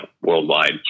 worldwide